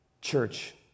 Church